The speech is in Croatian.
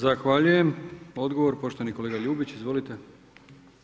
Zahvaljujem, odgovor, poštovani kolega Ljubić, izvolite.